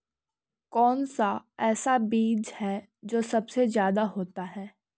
कौन सा ऐसा बीज है जो सबसे ज्यादा होता है?